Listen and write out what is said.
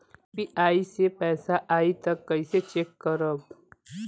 UPI से पैसा आई त कइसे चेक खरब?